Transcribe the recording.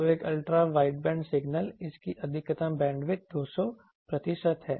तो एक ultra wideband signal इसकी अधिकतम बैंडविड्थ 200 प्रतिशत है